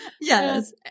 Yes